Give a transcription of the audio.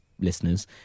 listeners